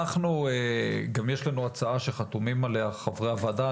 אנחנו גם יש לנו הצעה שחתומים עליה חברי הועדה,